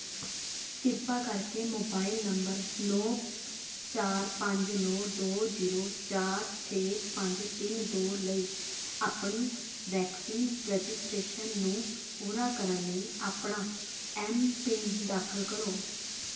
ਕਿਰਪਾ ਕਰਕੇ mobile number ਨੌਂ ਚਾਰ ਪੰਜ ਨੌਂ ਦੋ ਜ਼ੀਰੋ ਚਾਰ ਛੇ ਪੰਜ ਤਿੰਨ ਦੋ ਲਈ ਆਪਣੀ ਵੈਕਸੀਨ ਰਜਿਸਟ੍ਰੇਸ਼ਨ ਨੂੰ ਪੂਰਾ ਕਰਨ ਲਈ ਆਪਣਾ ਐੱਮ ਪਿੰਨ ਦਾਖਲ ਕਰੋ